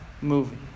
movie